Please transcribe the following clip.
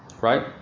right